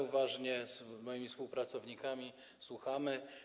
Uważnie z moimi współpracownikami słuchamy.